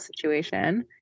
situation